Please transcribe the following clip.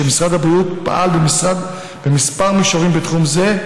משרד הבריאות פעל בכמה מישורים בתחום זה,